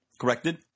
corrected